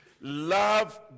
love